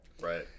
right